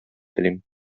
телим